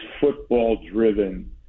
football-driven